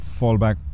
fallback